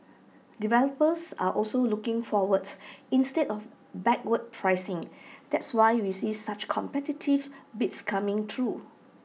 developers are also looking forwards instead of backward pricing that's why we see such competitive bids coming through